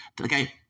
okay